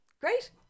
Great